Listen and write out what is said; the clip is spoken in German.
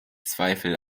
zweifel